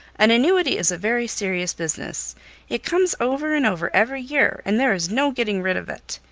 an annuity is a very serious business it comes over and over every year, and there is no getting rid of it.